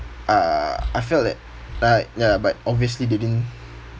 uh I felt that right ya but obviously they didn't